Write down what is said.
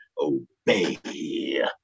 obey